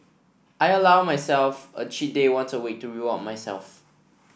I allow myself a cheat day once a week to reward myself